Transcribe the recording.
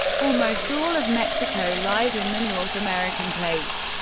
almost all of mexico lies in the north american plate,